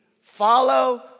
follow